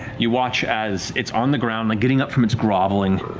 you watch as it's on the ground, like getting up from its groveling,